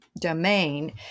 domain